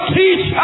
teach